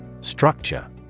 Structure